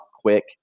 quick